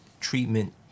treatment